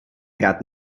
gat